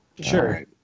Sure